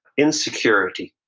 insecurity,